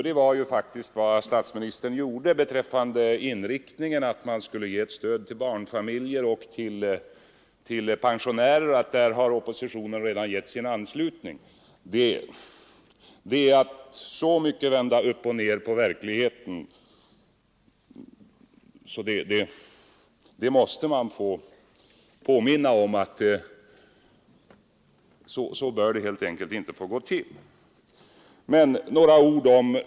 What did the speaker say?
Det var nämligen faktiskt vad statsministern gjorde när det gäller förslagen att ge ökat stöd åt barnfamiljer och pensionärer, när statsministern sade att oppositionen har redan givit sin anslutning i det fallet. Det är att vända upp och ned på verkligheten. Så bör det inte få gå till! Statsministern menade att det just i dag är möjligt att bedöma läget.